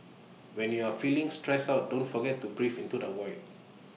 when you are feeling stressed out don't forget to breathe into the void